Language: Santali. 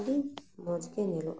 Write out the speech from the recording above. ᱟᱹᱰᱤ ᱢᱚᱡᱽ ᱜᱮ ᱧᱮᱞᱚᱜᱼᱟ